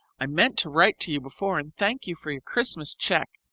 i meant to write to you before and thank you for your christmas cheque,